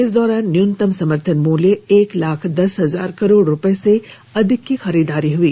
इस दौरान न्यूनतम समर्थन मूल्य एक लाख दस हजार करोड़ रुपये से अधिक की खरीदारी हुई